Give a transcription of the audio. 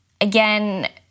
Again